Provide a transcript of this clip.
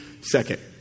second